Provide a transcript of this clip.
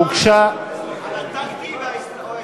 על הטקטי או האסטרטגי?